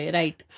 right